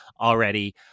already